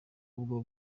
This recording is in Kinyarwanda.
ubwo